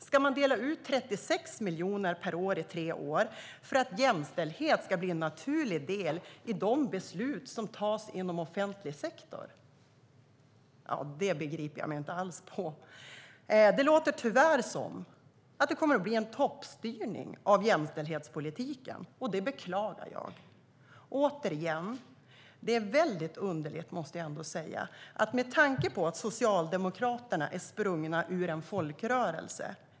Ska man dela ut 36 miljoner per år i tre år för att jämställdhet ska bli en naturlig del i de beslut som tas inom offentlig sektor? Det begriper jag mig inte alls på. Det låter tyvärr som att det kommer att bli en toppstyrning av jämställdhetspolitiken, och det beklagar jag. Med tanke på att Socialdemokraterna är sprungna ur en folkrörelse är detta väldigt underligt, måste jag ändå säga.